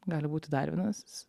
gali būti dar vienas